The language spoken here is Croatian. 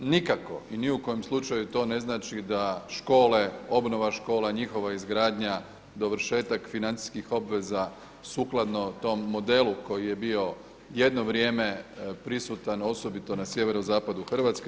Nikako i ni u kojem slučaju to ne znači da škole, obnova škola, njihova izgradnja, dovršetak financijskih obveza sukladno tom modelu koji je bio jedno vrijeme prisutan osobito na sjeverozapadu Hrvatske.